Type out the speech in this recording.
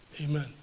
amen